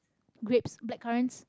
grapes blackcurrants